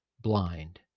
blind